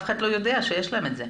אף אחד לא יודע שיש להם את זה,